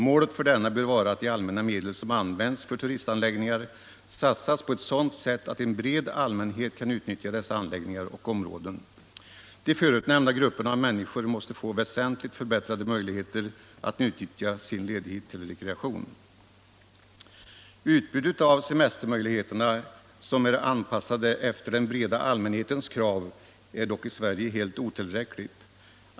Målet för denna bör vara att de allmänna medel som används för turistanläggningar satsas på ett sådant sätt att en bred allmänhet kan utnyttja dessa anläggningar och områden. De förut nämnda grupperna av människor måste få väsentligt förbättrade möjligheter att utnyttja sin ledighet till rekreation. Utbudet av semestermöjligheter som är anpassade efter den breda allmänhetens krav är dock i Sverige helt otillräckligt.